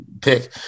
pick